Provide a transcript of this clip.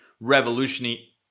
revolutionary